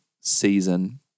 season